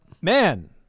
man